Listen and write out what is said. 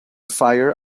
fire